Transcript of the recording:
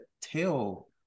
tell